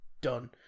done